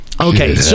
Okay